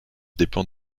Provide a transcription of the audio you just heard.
dépend